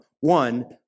one